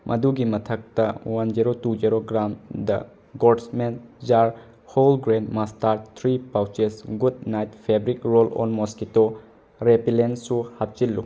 ꯃꯗꯨꯒꯤ ꯃꯊꯛꯇ one zero two zero ꯒ꯭ꯔꯥꯝꯗ ꯒꯣꯔꯃꯦꯟ ꯖꯥꯔ ꯍꯣꯜꯒ꯭ꯔꯦꯟ ꯃꯁꯇꯥꯔꯠ three pouches Good Knight fabric roll on mosquito ꯔꯦꯄꯤꯂꯦꯟꯁꯨ ꯍꯥꯞꯆꯤꯜꯂꯨ